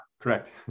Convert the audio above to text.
Correct